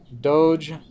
Doge